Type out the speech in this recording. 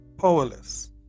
powerless